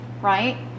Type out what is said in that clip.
right